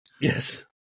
Yes